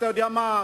אתה יודע מה,